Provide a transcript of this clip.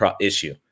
issue